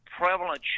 prevalent